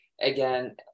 Again